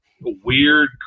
weird